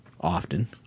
often